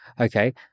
Okay